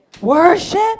Worship